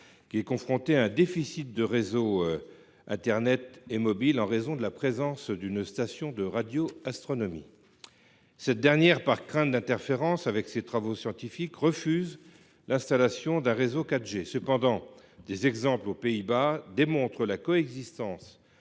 qui est confrontée à un déficit de réseaux internet et mobile en raison de la présence d’une station de radioastronomie. Cette dernière, par crainte d’interférences avec ses travaux scientifiques, refuse l’installation d’un réseau 4G. Cependant, des exemples aux Pays-Bas démontrent que, grâce